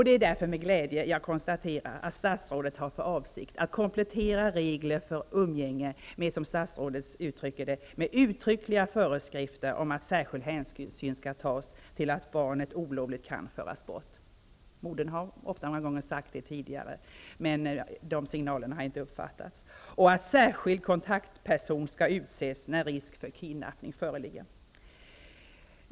Det är därför med glädje jag konstaterar att statsrådet har för avsikt att komplettera regler för umgänge med, som statsrådet uttrycker det, uttryckliga föreskrifter om att särskild hänsyn skall tas till att barnet olovligt kan föras bort -- modern har ofta många gånger sagt det tidigare, men de signalerna har inte uppfattats -- och att särskild kontaktperson skall utses när risk för kidnappning föreligger.